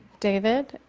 david,